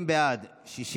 כץ.